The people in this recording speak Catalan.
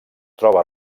troba